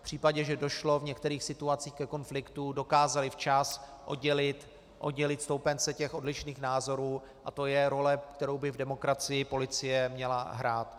V případě, že došlo v některých situacích ke konfliktu, dokázali včas oddělit stoupence těch odlišných názorů a to je role, kterou by v demokracii policie měla hrát.